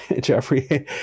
Jeffrey